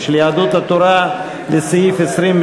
של יהדות התורה לסעיף 20,